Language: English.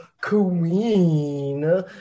queen